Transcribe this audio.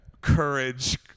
courage